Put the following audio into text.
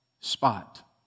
spot